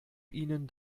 ihnen